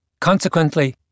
Consequently